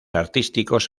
artísticos